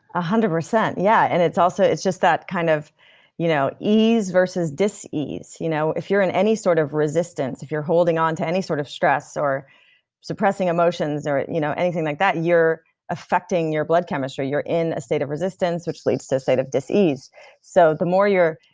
ah hundred percent, yeah. and it's also. it's just that kind of you know ease versus dis-ease. you know if you're in any sort of resistance, if you're holding onto any sort of stress, or suppressing emotions, or you know anything like that, you're affecting your blood chemistry. you're in a state of resistance, which leads to state of dis-ease. so the more you're.